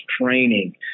training